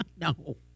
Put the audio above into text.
No